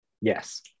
Yes